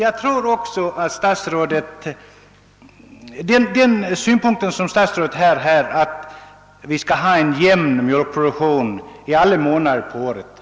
Jag tror att statsrådet har alldeles rätt i att vi bör ha en jämn mjölkproduktion över alla månader på året.